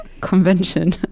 convention